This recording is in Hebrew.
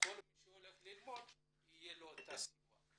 שכל מי שהולך ללמוד יהיה לו את הסיוע.